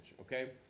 Okay